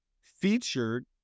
featured